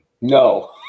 No